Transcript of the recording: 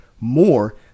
more